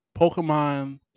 Pokemon